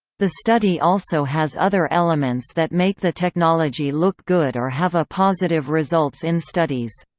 the study also has other elements that make the technology look good or have a positive results in studies.